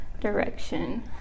direction